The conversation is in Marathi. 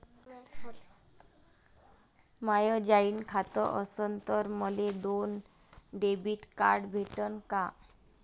माय जॉईंट खातं असन तर मले दोन डेबिट कार्ड भेटन का?